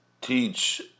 teach